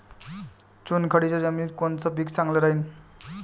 चुनखडीच्या जमिनीत कोनचं पीक चांगलं राहीन?